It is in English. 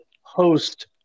host